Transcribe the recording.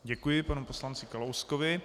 Děkuji panu poslanci Kalouskovi.